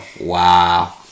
Wow